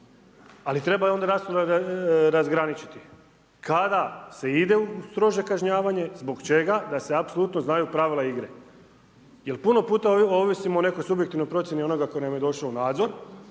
ali treba onda jasno razgraničiti kada se ide u strože kažnjavanje, zbog čega, da se apsolutno znaju pravila igre. Jer puno puta ovisimo o nekoj subjektivnoj procjeni onoga tko nam je došao u nadzor.